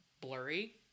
blurry